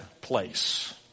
place